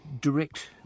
direct